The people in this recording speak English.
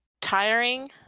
tiring